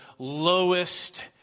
lowest